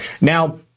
Now